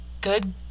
good